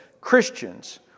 Christians